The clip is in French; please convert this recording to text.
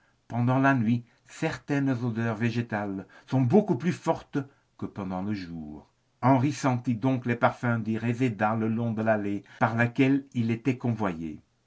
pendant la nuit certaines odeurs végétales sont beaucoup plus fortes que pendant le jour henri sentait donc les parfums du réséda le long de l'allée par laquelle il était